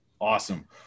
Awesome